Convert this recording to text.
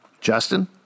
Justin